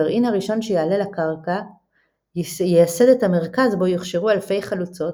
הגרעין הראשון שיעלה לקרקע ייסד את המרכז בו יוכשרו אלפי חלוצות,